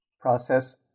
process